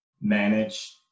manage